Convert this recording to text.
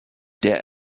der